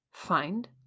find